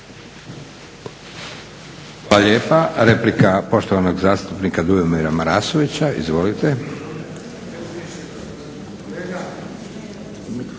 Hvala lijepa. Replika poštovanog zastupnika Dujomira Marasovića. Izvolite.